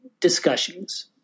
discussions